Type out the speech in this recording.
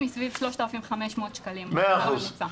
היא סביב 3,500 שקלים לפי השכר הממוצע.